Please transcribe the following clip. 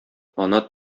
ана